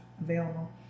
available